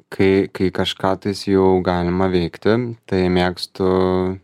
kai kai kažką tais jau galima veikti tai mėgstu